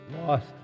lost